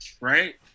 right